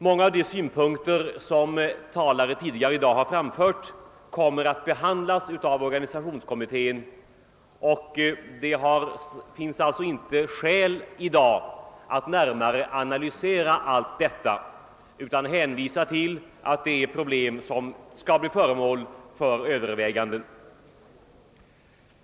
Många av de synpunker som tidigare talare framfört kommer att behandlas av organisationskommittén. Det finns därför i dag ingen anledning att närmare analysera alla problem, utan det räcker att hänvisa till att dessa skall bli föremål för överväganden.